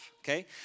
Okay